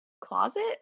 closet